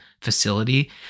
facility